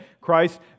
Christ